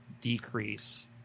decrease